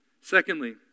Secondly